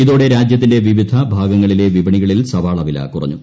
ഇതോടെ രാജ്യത്തിന്റെ വിവിധ ഭാഗങ്ങളിലെ വിപണികളിൽ സവാള വില കുറഞ്ഞു